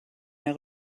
mehr